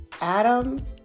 Adam